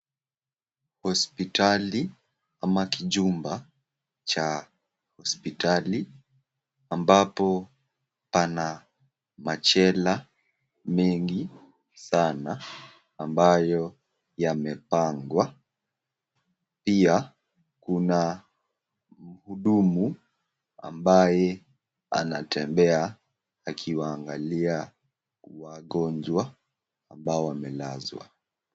Hospitali ama kijumba cha hospitali, ambapo pana machela mingi sana ambayo yamepangwa. Pia kuna mhudumu ambaye anatembea akiwaangalia wagonjwa ambao wamelazwa.